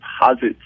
deposits